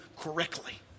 correctly